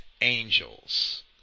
angels